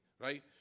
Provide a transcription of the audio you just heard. right